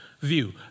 view